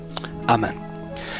Amen